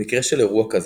במקרה של אירוע כזה,